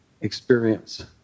experience